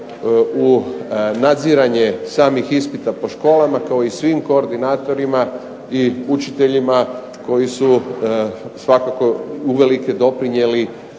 u nadziranje samih ispita po školama kao i svim koordinatorima i učiteljima koji su svakako uvelike doprinijeli